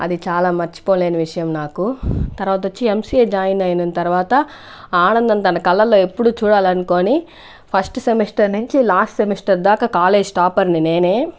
అది చాలా మర్చిపోలేని విషయం నాకు తర్వాత వచ్చి ఎంసీఏ జాయిన్ అయిన తర్వాత ఆనందం తన కళ్ళల్లో ఎప్పుడూ చూడాలనుకోని ఫస్ట్ సెమిస్టర్ నుంచి లాస్ట్ సెమిస్టర్ దాకా కాలేజ్ టాపర్ ని నేనే